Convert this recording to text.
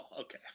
okay